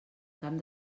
camp